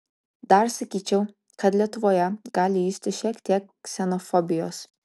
dar sakyčiau kad lietuvoje gali justi šiek tiek ksenofobijos